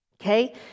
Okay